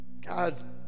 God